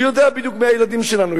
הוא יודע בדיוק מי הילדים שלנו,